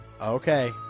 Okay